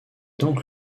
donc